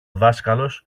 δάσκαλος